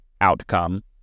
outcome